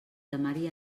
temari